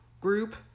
group